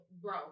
bro